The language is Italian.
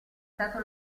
stato